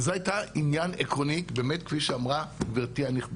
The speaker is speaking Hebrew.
וזה היה עניין עקרוני באמת כפי שנירה אמרה.